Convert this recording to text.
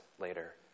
later